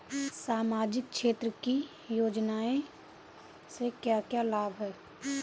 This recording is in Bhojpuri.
सामाजिक क्षेत्र की योजनाएं से क्या क्या लाभ है?